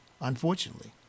unfortunately